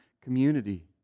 community